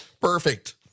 Perfect